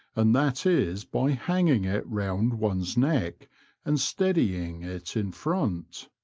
and that is by hanging it round one's neck and steadying it in front.